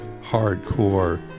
hardcore